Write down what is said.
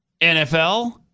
NFL